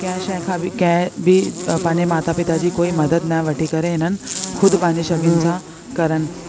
कंहिं शइ खां बि कंहिं बि पंहिंजे माता पिता जी कोई मदद न वठी करे हिननि खुदि पंहिंजे सभिनि सां करन